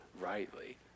rightly